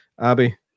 Abby